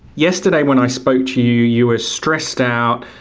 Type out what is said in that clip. yesterday when i spoke to you, you were stressed out,